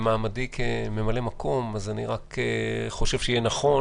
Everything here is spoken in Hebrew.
מטבע הדברים,